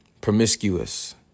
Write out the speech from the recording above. promiscuous